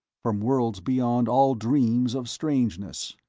from worlds beyond all dreams of strangeness.